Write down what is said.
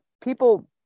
people